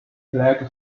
college